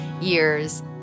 years